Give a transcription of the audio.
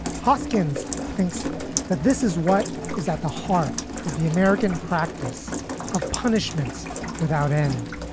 hoskins thinks that this is what is at the heart of the american practice of punishments without end.